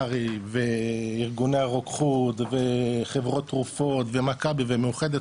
הר"י וארגוני הרוקחות וחברות תרופות ומכבי ומאוחדת,